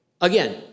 Again